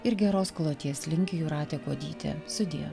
ir geros kloties linki jūratė kuodytė sudie